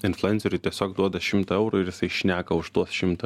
influenceriui tiesiog duoda šimtą eurų ir jisai šneka už tuos šimtą